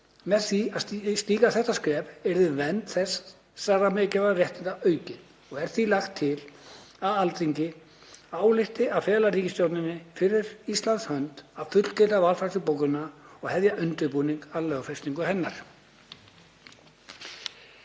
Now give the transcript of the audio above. Með því að stíga þetta skref yrði vernd þessara mikilvægu réttinda aukin og er því lagt til að Alþingi álykti að fela ríkisstjórninni fyrir Íslands hönd að fullgilda valfrjálsu bókunina og hefja undirbúning að lögfestingu hennar.